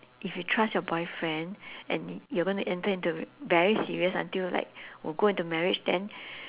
if you trust your boyfriend and y~ you're going to enter into very serious until like will go into marriage then